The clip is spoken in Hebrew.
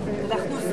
מה קרה?